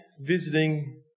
visiting